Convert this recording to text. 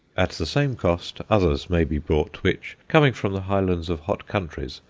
at the same cost others may be bought, which, coming from the highlands of hot countries,